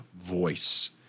voice